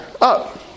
up